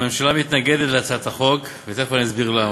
הממשלה מתנגדת להצעת החוק, ותכף אני אסביר למה.